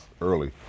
early